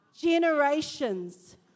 generations